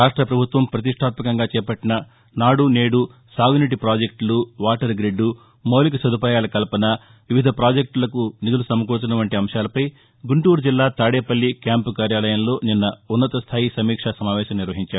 రాష్ట ప్రభుత్వం ప్రతిష్టాత్మకంగా చేపట్టిన నాడు నేడు సాగునీటి ప్రాజెక్టులు వాటర్గ్రిడ్ మౌలిక సదుపాయాల కల్పన వివిధ పాజెక్టులకు నిధులు సమకూర్చడం వంటి అంశాలపై గుంటూరు జిల్లా తాడేపల్లి క్యాంపు కార్యాలయంలో నిన్న ఉన్నతస్థాయి సమీక్షా సమావేశం నిర్వహించారు